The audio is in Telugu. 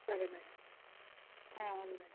సరే మేడం అవునా